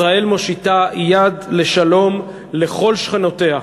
ישראל מושיטה יד לשלום לכל שכנותיה.